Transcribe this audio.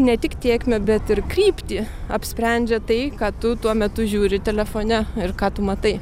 ne tik tėkmę bet ir kryptį apsprendžia tai ką tu tuo metu žiūri telefone ir ką tu matai